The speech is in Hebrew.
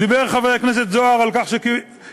דיבר חבר הכנסת זוהר על כך שקיבלתם,